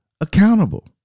accountable